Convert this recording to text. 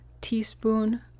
teaspoon